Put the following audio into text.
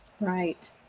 Right